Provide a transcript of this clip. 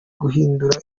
guhindura